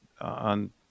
on